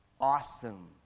Awesome